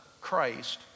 Christ